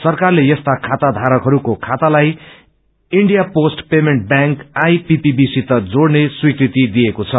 सरकारले यस्ता खाता धारकहरूको खातालाई India post payment bank IPPB सित जोड़ने स्वीकृति दिएको छ